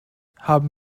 haben